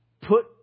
put